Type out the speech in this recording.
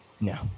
No